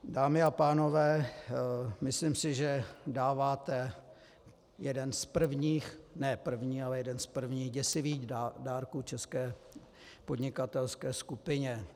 Dámy a pánové, myslím si, že dáváte jeden z prvních, ne první, ale jeden z prvních děsivých dárků české podnikatelské skupině.